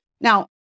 Now